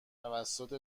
توسط